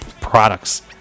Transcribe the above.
products